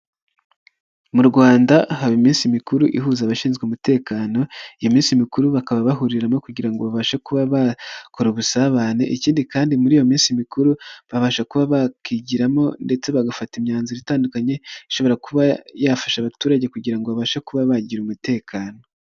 Mu rwanda haba iminsi mikuru ihuza abashinzwe umutekano, iyo minsi mikuru bakaba bahuriramo kugira ngo babashe kuba bakora ubusabane, ikindi kandi muri iyo minsi mikuru babasha kuba bakigiramo ndetse bagafata imyanzuro itandukanye ishobora kuba yafasha abaturage kugira babashe kuba bagira umutekano.